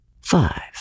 five